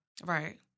Right